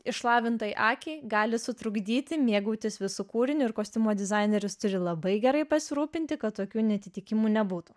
išlavintai akiai gali sutrukdyti mėgautis visu kūriniu ir kostiumo dizaineris turi labai gerai pasirūpinti kad tokių neatitikimų nebūtų